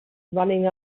running